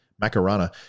Macarena